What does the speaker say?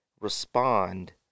respond